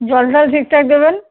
জল টল ঠিকঠাক দেবেন